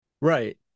Right